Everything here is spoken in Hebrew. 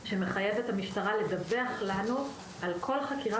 שמחייב את המשטרה לדווח לנו על כל חקירה